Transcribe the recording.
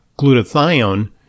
glutathione